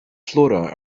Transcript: flora